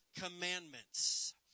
commandments